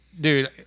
dude